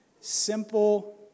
simple